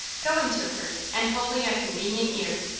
going to her and holding a convenient ear.